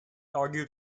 argued